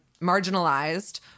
marginalized